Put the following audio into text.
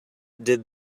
did